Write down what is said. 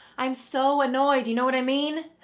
i'm so annoyed. you know what i mean?